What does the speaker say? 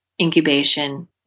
incubation